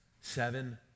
seven